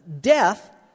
death